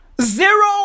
Zero